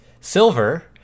Silver